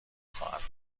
خواهد